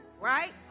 right